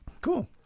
cool